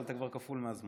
אבל אתה כבר כפול מהזמן.